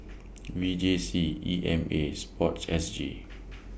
V J C E M A and Sports S G